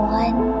one